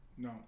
No